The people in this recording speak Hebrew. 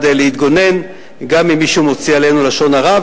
להתגונן גם אם מישהו מוציא עלינו לשון הרע.